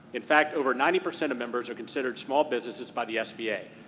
in fact, over ninety percent of members are considered small businesses by the sba.